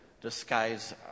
disguise